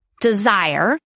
desire